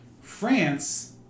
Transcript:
France